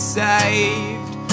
saved